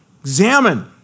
Examine